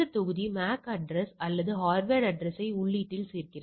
தொகுதி MAC address அல்லதுஹார்ட்வர் அட்ரஸ்யை உள்ளீட்டில் சேர்க்கிறது